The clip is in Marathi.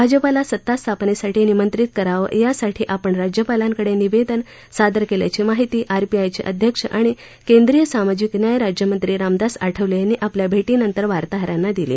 भाजपाला सत्तास्थापनेसाठी निमंत्रित करावं यासाठी आपण राज्यपालांकडे निवेदन सादर केल्याची माहिती आरपीआयचे अध्यक्ष आणि केंद्रीय सामाजिक न्याय राज्यमंत्री रामदास आठवले यांनी आपल्या भेटीनंतर वार्ताहरांना दिली